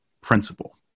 principle